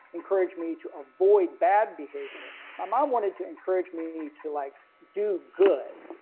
encourage me to avoid bad behavior. my mom wanted to encourage me to like do good.